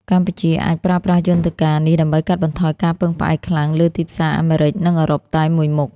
កម្ពុជាអាចប្រើប្រាស់យន្តការនេះដើម្បីកាត់បន្ថយការពឹងផ្អែកខ្លាំងលើទីផ្សារអាមេរិក និងអឺរ៉ុបតែមួយមុខ។